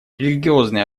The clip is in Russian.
религиозные